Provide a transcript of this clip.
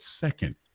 second